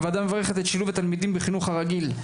הוועדה מברכת את שילוב התלמידים בחינוך הרגיל.